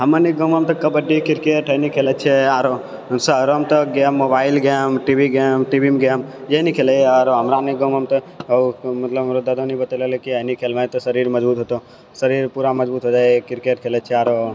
हमनीके गाँव मे तऽ कबड्डी क्रिकेट खेलै छियै आरो शहरो मे तऽ game mobile game T V game T V मे गेम यहनी खेलय आओर हमनी के गाँव मे तऽ मतलब दादा ने बतेलकै खेलमी तऽ शरीर मजबूत हेतौ शरीर पूरा मजबूत हेतौ क्रिकेट खेलै छियै आरो